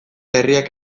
herriak